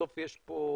בסוף יש פה